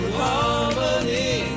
harmony